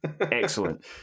Excellent